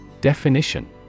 Definition